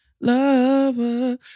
Lover